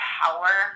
power